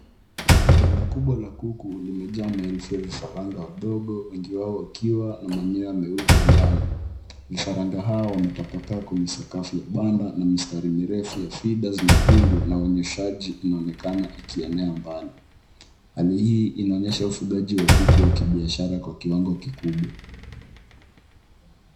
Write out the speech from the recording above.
Banda kubwa la kuku limejaa maelfu ya vifaranga wadogo wengi wao wakiwa na manyoya meupe njano. Vifaranga hao wametapakaa kwenye sakafu ya banda na mistari mirefu ya feeders nyekundu na uonyeshaji unaonekana ukielea mbali. Hali hii inaonyesha ufugaji wa kuku wa kibiashara kwa kiwango kikubwa.